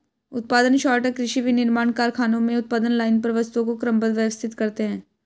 उत्पादन सॉर्टर कृषि, विनिर्माण कारखानों में उत्पादन लाइन पर वस्तुओं को क्रमबद्ध, व्यवस्थित करते हैं